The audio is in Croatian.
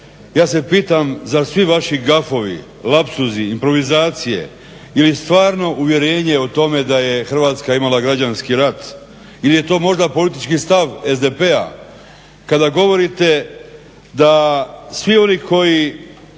ja se pitam zar svi vaši gafovi, lapsusi, improvizacije ili stvarno uvjerenje o tome da je Hrvatska imala građanski rat ili je to možda politički stav SDP-a kada govorite da svi oni koji